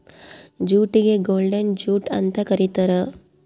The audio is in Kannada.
ಜೂಟಿಗೆ ಗೋಲ್ಡನ್ ಜೂಟ್ ಅಂತ ಕರೀತಾರ